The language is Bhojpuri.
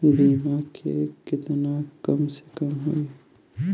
बीमा केतना के कम से कम होई?